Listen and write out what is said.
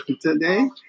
today